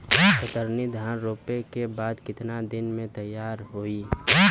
कतरनी धान रोपे के बाद कितना दिन में तैयार होई?